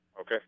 Okay